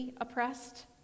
oppressed